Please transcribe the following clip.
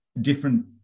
different